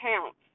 counts